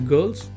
Girls